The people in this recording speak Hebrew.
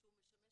שהוא משמש